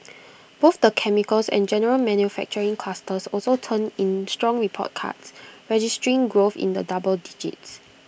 both the chemicals and general manufacturing clusters also turned in strong report cards registering growth in the double digits